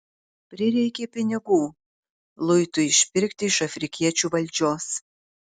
prireikė pinigų luitui išpirkti iš afrikiečių valdžios